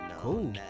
Cool